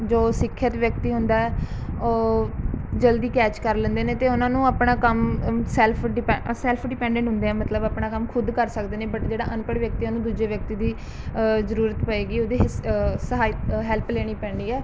ਜੋ ਸਿੱਖਿਅਤ ਵਿਅਕਤੀ ਹੁੰਦਾ ਹੈ ਉਹ ਜਲਦੀ ਕੈਚ ਕਰ ਲੈਂਦੇ ਨੇ ਅਤੇ ਉਹਨਾਂ ਨੂੰ ਆਪਣਾ ਕੰਮ ਸੈਲਫ਼ ਡਿੰਪੈ ਸੈਲਫ ਡਿਪੈਡੈਂਟ ਹੁੰਦੇ ਹੈ ਮਤਲਬ ਆਪਣਾ ਕੰਮ ਖ਼ੁਦ ਕਰ ਸਕਦੇ ਨੇ ਬਟ ਜਿਹੜਾ ਅਨਪੜ੍ਹ ਵਿਅਕਤੀ ਹੈ ਉਹਨੂੰ ਦੂਜੇ ਵਿਅਕਤੀ ਦੀ ਜ਼ਰੂਰਤ ਪਵੇਗੀ ਉਹਦੇ ਹਿਸ ਸਹਾਇ ਹੈਲਪ ਲੈਣੀ ਪੈਂਦੀ ਹੈ